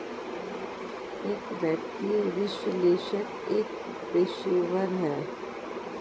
एक वित्तीय विश्लेषक एक पेशेवर है